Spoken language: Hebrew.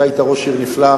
אתה היית ראש עיר נפלא,